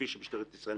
כוועדת חוץ וביטחון.